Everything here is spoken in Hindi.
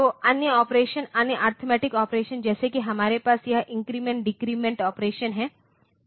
तो अन्य ऑपरेशन अन्य अरिथमेटिक ऑपरेशन जैसे कि हमारे पास यह इन्क्रीमेंट डिक्रीमेन्टऑपरेशन है